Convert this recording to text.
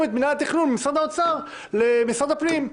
את מינהל התכנון ממשרד האוצר למשרד הפנים,